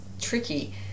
tricky